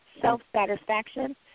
self-satisfaction